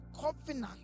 covenant